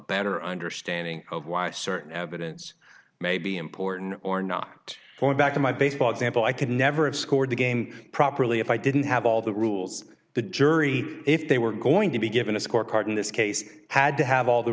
better understanding of why certain evidence may be important or not going back to my baseball example i could never have scored the game properly if i didn't have all the rules the jury if they were going to be given a scorecard in this case had to have all the